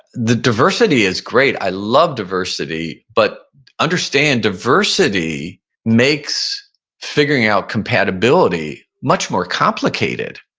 the diversity is great. i love diversity, but understand diversity makes figuring out compatibility much more complicated.